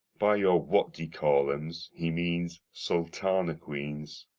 by your what-d'ee-call-'ems he means sultana queens.